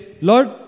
Lord